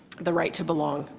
the right to belong.